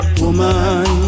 woman